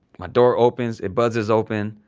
my door opens. it buzzes open